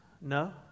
No